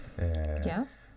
Yes